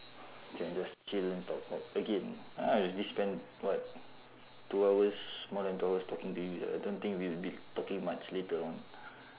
can just chill and talk cock again !huh! I already spend what two hours more than two hours talking to you I don't think we will be talking much later on